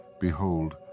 behold